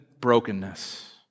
brokenness